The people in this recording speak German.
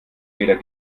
weder